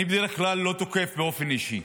אני בדרך כלל לא תוקף באופן אישי,